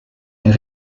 est